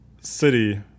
City